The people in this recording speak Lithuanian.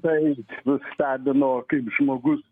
tai nustebino kaip žmogus